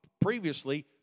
previously